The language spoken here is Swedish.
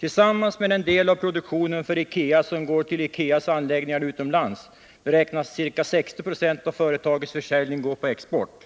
Tillsammans med den del av produktionen för IKEA som går till IKEA:s anläggningar utomlands beräknas ca 60 90 av företagets försäljning gå på export.